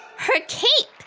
her cape!